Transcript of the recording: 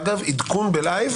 אגב עדכון בלייב